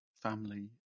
family